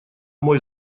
мой